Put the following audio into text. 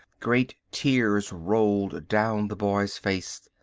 great tears rolled down the boy's face.